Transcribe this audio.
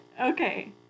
Okay